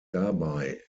dabei